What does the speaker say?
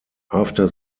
after